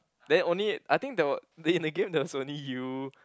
then only I think there were in the game there was only you